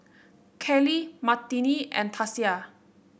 Kylie Martine and Tasia